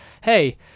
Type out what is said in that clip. Hey